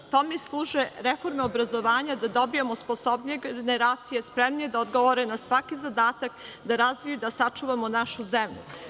Tome služe reforme obrazovanja, da dobijemo sposobnije generacije, spremnije da odgovore na svaki zadatak, da razvijemo i da sačuvamo našu zemlju.